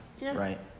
right